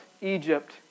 Egypt